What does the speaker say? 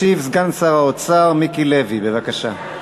ישיב סגן שר האוצר מיקי לוי, בבקשה.